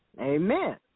Amen